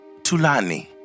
Tulani